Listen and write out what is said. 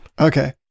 Okay